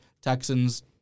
Texans